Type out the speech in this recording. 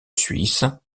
suisse